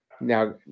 Now